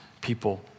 people